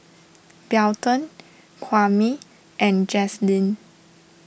Belton Kwame and Jazlene